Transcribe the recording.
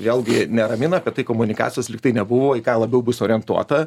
vėlgi neramina kad tai komunikacijos lyg tai nebuvo į ką labiau bus orientuota